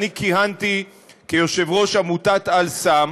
אני כיהנתי כיושב-ראש עמותות "אל-סם",